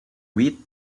wheat